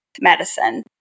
medicine